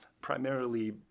primarily